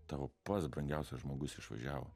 tau pats brangiausias žmogus išvažiavo